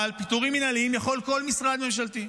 אבל פיטורים מינהליים יכול כל משרד ממשלתי,